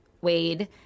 Wade